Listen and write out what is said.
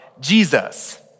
Jesus